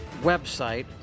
website